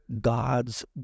God's